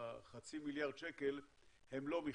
חצי מיליארד שקל הם לא מכיל.